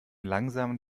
langsamen